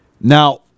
now